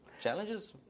Challenges